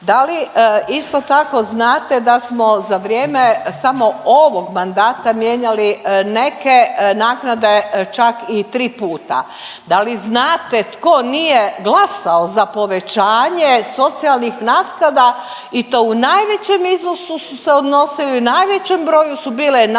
Da li isto tako znate da smo za vrijeme samo ovog mandata mijenjali neke naknade čak i tri puta? Da li znate tko nije glasao za povećanje socijalnih naknada i to u najvećem iznosu su se odnosili, najvećem broju su bile naknade